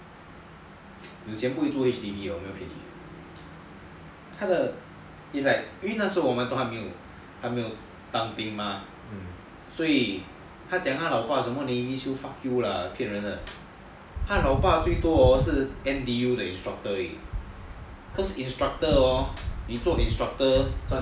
有钱人不会住 H_D_B 因为那是我们都还没有当兵 mah 所以他讲他的老爸是 navy SEAL fuck you lah 骗人的他的老爸最多 hor 是 N_T_U instructor 而已 cause instructor hor 你做 instructor hor